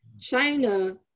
China